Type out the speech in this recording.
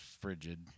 frigid